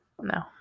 No